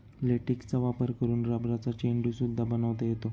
लेटेक्सचा वापर करून रबरचा चेंडू सुद्धा बनवता येतो